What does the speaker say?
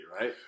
right